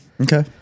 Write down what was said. Okay